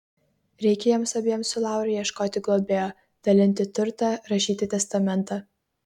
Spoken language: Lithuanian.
reikia jiems abiems su lauru ieškoti globėjo dalinti turtą rašyti testamentą